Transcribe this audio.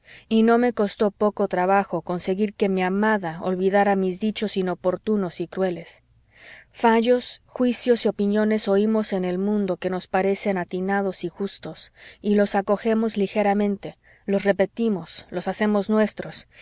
y no me costó poco trabajo conseguir que mi amada olvidara mis dichos inoportunos y crueles fallos juicios y opiniones oímos en el mundo que nos parecen atinados y justos y los acogemos ligeramente los repetimos los hacemos nuestros